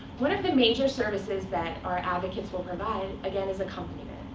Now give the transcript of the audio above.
one of the major services that our advocates will provide, again, is accompaniment.